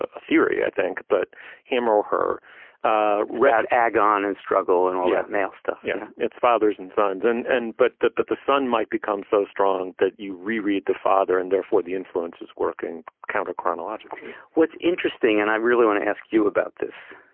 ah theory, i think but him or her ah read agon and struggle and all that male stuff know yeah it's fathers and sons and and but but the son might become so strong that you reread the father and therefore the influences working counter chronologically what's interesting and i really want to ask you about this.